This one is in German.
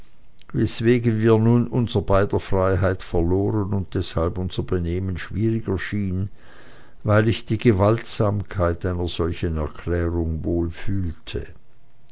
weswegen wir nun unser beider freiheit verloren und deshalb unser benehmen schwieriger schien weil ich die gewaltsamkeit einer solchen erklärung